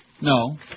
No